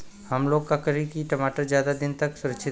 हमलोग का करी की टमाटर ज्यादा दिन तक सुरक्षित रही?